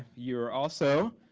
you're also,